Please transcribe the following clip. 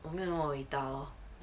我没有没那么伟大 lor